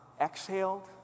exhaled